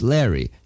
Larry